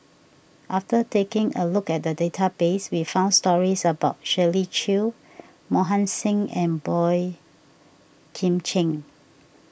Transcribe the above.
after taking a look at the database we found stories about Shirley Chew Mohan Singh and Boey Kim Cheng